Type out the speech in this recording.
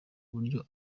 buryo